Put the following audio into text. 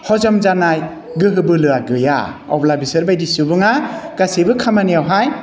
हजम जानाय गोहो बोलोआ गैया अब्ला बिसोरबायदि सुबुङा गासैबो खामानियावहाय